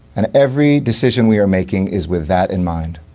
and every decision we are making is with that in mind.